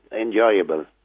enjoyable